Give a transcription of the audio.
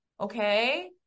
okay